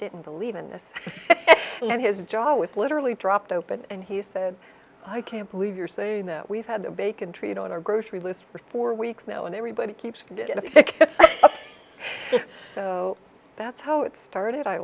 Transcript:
didn't believe in this and his jaw was literally dropped open and he said i can't believe you're saying that we've had the bacon treated on our grocery list for four weeks now and everybody keeps so that's how it started i